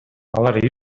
алар